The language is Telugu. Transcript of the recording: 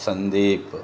సందీప్